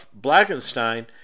Blackenstein